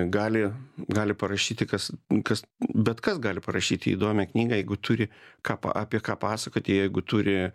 gali gali parašyti kas kas bet kas gali parašyti įdomią knygą jeigu turi ką pa apie ką pasakoti jeigu turi